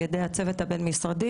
המענה לסוגיית המטופלים הסיעודיים.